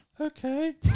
Okay